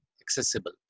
accessible